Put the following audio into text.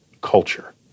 culture